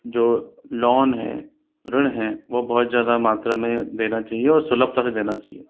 जो लोन है ऋण हैं वह बहुत ज़्यादा मात्रा में देना चाहिए और सुलभता से देना चहिए